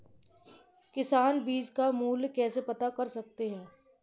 किसान बीज का मूल्य कैसे पता कर सकते हैं?